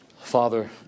Father